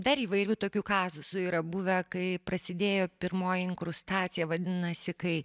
dar įvairių tokių kazusų yra buvę kai prasidėjo pirmoji inkrustacija vadinasi kai